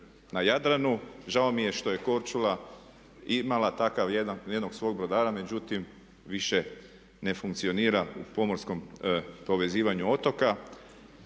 na Jadranu. Žao mi je što je Korčula imala takav jedan, jednog svog brodara međutim više ne funkcionira u pomorskom povezivanju otoka.